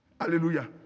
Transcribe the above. Hallelujah